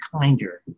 kinder